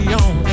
on